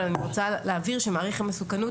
אבל אני רוצה להבהיר שמעריך המסוכנות,